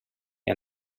and